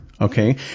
okay